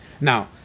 Now